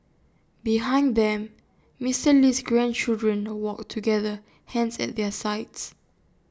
behind them Mister Lee's grandchildren walked together hands at their sides